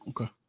Okay